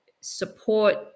support